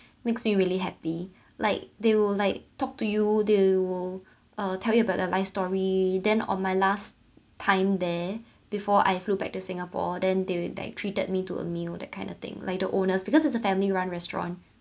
makes me really happy like they will like talk to you they will uh tell you about their life story then on my last time there before I flew back to singapore then they like treated me to a meal that kind of thing like the owners because it's a family run restaurant